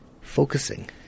focusing